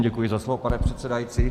Děkuji za slovo, pane předsedající.